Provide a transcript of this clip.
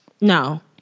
No